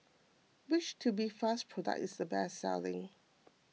which Tubifast product is the best selling